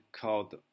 called